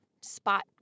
spot